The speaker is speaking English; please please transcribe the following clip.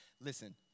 Listen